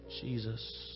Jesus